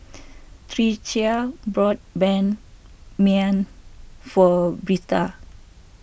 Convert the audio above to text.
Tricia bought Ban Mian for Birtha